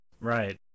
Right